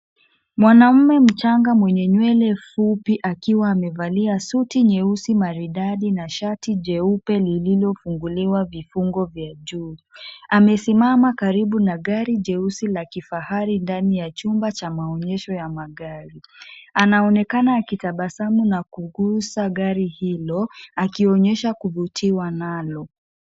Mwanamume mchanga mwenye nywele fupi akiwa amevalia suti nyeusi maridari na shati jeupe lililofunguliwa vifungo vya juu. Amesimama karibu na gari jeusi la kifahari ndani ya chumba cha maonyesho ya magari. Anaonekana akitabasamu na kugusa gari hilo, akionyesha kuvutiwa nalo.